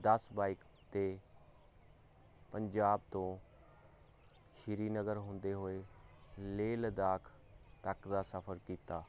ਦਸ ਬਾਈਕ 'ਤੇ ਪੰਜਾਬ ਤੋਂ ਸ੍ਰੀਨਗਰ ਹੁੰਦੇ ਹੋਏ ਲੇਹ ਲਦਾਖ ਤੱਕ ਦਾ ਸਫਰ ਕੀਤਾ